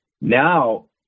Now